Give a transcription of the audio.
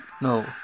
no